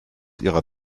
ihrer